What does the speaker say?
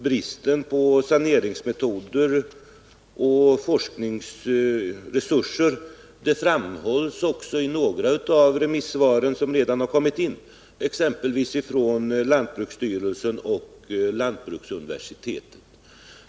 Bristen på saneringsmetoder och forskningsresurser framhålls också i några av remisssvaren som redan har kommit in, exempelvis från lantbruksstyrelsen och lantbruksuniversitetet.